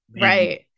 right